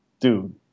dude